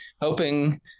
hoping